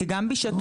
כי גם בשעתו,